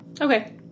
Okay